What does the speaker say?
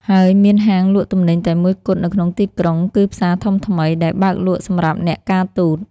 ហើយមានហាងលក់ទំនិញតែមួយគត់នៅក្នុងទីក្រុង គឺផ្សារធំថ្មី ដែលបើកលក់សម្រាប់អ្នកការទូត។